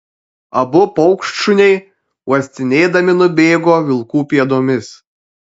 abu paukštšuniai uostinėdami nubėgo vilkų pėdomis